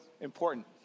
important